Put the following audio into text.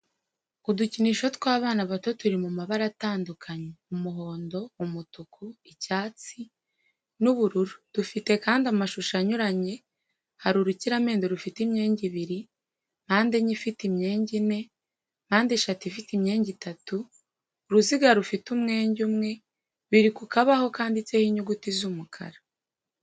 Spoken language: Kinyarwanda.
Udukinisho tw'abana bato turi mu mabara atandukanye umuhondo, umutuku, icyatsi, n'ubururu dufite kandi amashusho anyuranye hari urukiramende rufite imyenge ibiri, mpandenye ifite imyenge ine, mpandeshatu ifite imyenge itatu, uruziga rufite umwenge umwe, biri ku kabaho kanditseho inyuguti z'umukara.